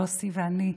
יוסי ואני,